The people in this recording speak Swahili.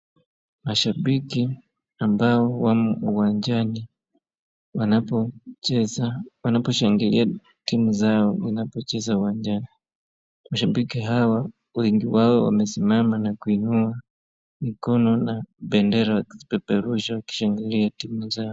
Mashabiki ambao wamo uwanjani wanaposhangilia timu zao zinapocheza uwanjani. Mashabiki hawa wengi wao wamesimama na kuinua na mikono na bendera zikipeperushwa wakishangilia timu zao.